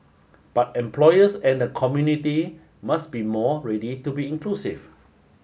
but employers and the community must be more ready to be inclusive